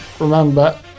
remember